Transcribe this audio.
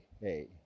hey